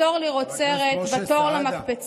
// בתור לראות סרט / בתור למקפצה,